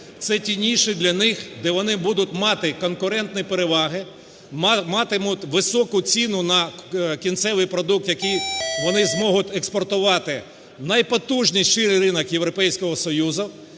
Це ті ніші для них, де вони будуть мати конкурентні переваги, матимуть високу ціну на кінцевий продукт, який вони зможуть експортувати в найпотужніший ринок Європейського Союзу,